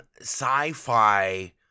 sci-fi